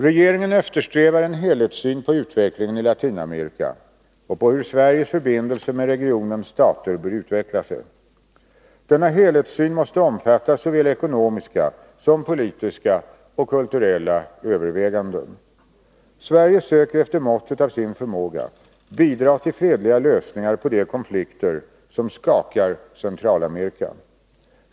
Regeringen eftersträvar en helhetssyn på utvecklingen i Latinamerika och på hur Sveriges förbindelser med regionens stater bör utveckla sig. Denna helhetssyn måste omfatta såväl ekonomiska som politiska och kulturella överväganden. Sverige söker efter måttet av sin förmåga bidra till fredliga lösningar på de konflikter som skakar Centralamerika.